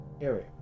area